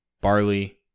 barley